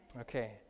Okay